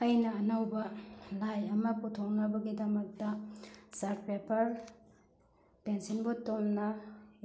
ꯑꯩꯅ ꯑꯅꯧꯕ ꯂꯥꯏ ꯑꯃ ꯄꯨꯊꯣꯛꯅꯕꯒꯤꯗꯃꯛꯇ ꯆꯥꯔꯠ ꯄꯦꯄꯔ ꯄꯦꯟꯁꯤꯟꯕꯨ ꯇꯨꯝꯅ